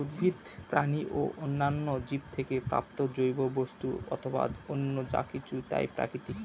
উদ্ভিদ, প্রাণী ও অন্যান্য জীব থেকে প্রাপ্ত জৈব বস্তু অথবা অন্য যা কিছু তাই প্রাকৃতিক